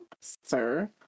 sir